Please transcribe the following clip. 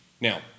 Now